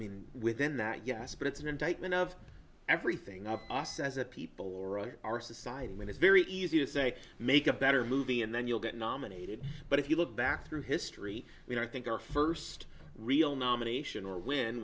mean within that yes but it's an indictment of everything up as a people or our society when it's very easy to say make a better movie and then you'll get nominated but if you look back through history you know i think our first real nomination or w